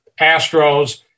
Astros